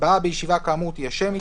הצבעה בישיבה כאמור תהיה שמית,